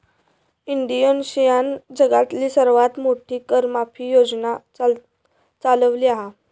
इंडोनेशियानं जगातली सर्वात मोठी कर माफी योजना चालवली हा